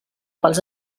pels